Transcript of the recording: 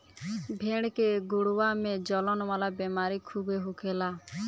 भेड़ के गोड़वा में जलन वाला बेमारी खूबे होखेला